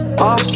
Off